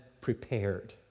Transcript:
prepared